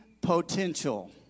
potential